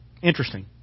Interesting